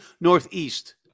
Northeast